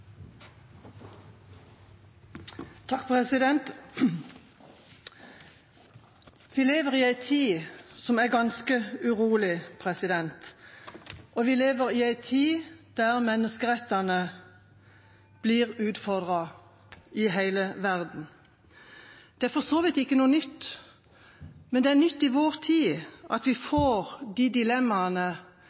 Vi lever i en ganske urolig tid, i en tid da menneskerettene blir utfordret i hele verden. Det er for så vidt ikke noe nytt, men nytt i vår tid er at vi får de dilemmaene